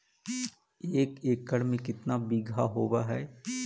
एक एकड़ में केतना बिघा होब हइ?